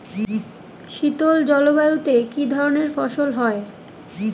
শীতল জলবায়ুতে কি ধরনের ফসল হয়?